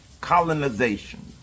colonization